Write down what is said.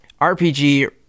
RPG